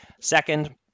Second